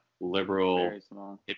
liberal